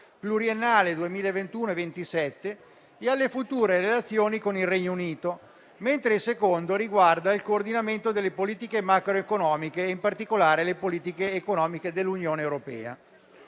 pluriennale 2021-2027 e alle future relazioni con il Regno Unito; il secondo riguarda il coordinamento delle politiche macroeconomiche e, in particolare, delle politiche economiche dell'Unione europea.